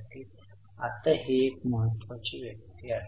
पहा ते अधिक आहे 2000 रुपये गुंतवणूकीची किंमत आहे